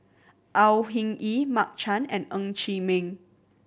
Au Hing Yee Mark Chan and Ng Chee Meng